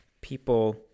people